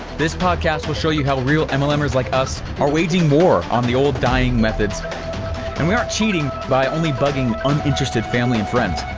this podcast will show you how the real mlmers like us are waging war on the old dying methods and we aren't cheating by only bugging uninterested family and friends.